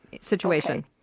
situation